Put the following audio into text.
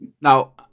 Now